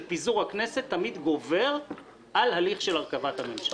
פיזור הכנסת תמיד גובר על הליך של הרכבת הממשלה.